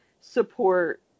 support